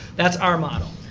that's our model.